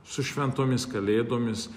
su šventomis kalėdomis